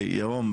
ירום,